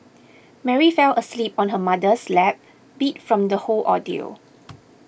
Mary fell asleep on her mother's lap beat from the whole ordeal